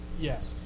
Yes